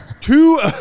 two